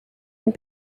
and